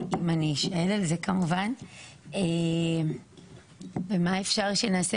אם אני אשאל על זה כמובן ומה אפשר שנעשה